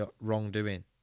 wrongdoing